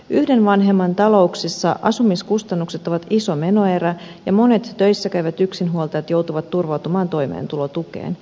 yhden vanhemman talouksissa asumiskustannukset ovat iso menoerä ja monet töissä käyvät yksinhuoltajat joutuvat turvautumaan toimeentulotukeen